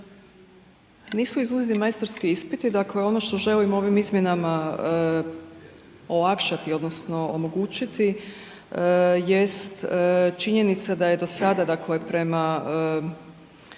Nisu izuzeti majstorski ispiti, dakle ono što želim ovim izmjenama olakšati odnosno omogućiti jest činjenica da je do sada, dakle prema